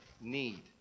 need